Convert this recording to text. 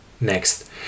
Next